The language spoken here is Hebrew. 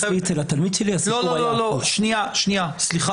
לתלמיד שלי הסיפור היה --- סליחה,